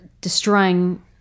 destroying